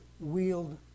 wield